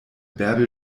bärbel